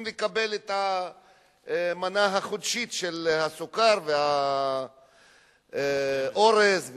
לקבל את המנה החודשית של הסוכר והאורז והשמן,